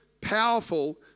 powerful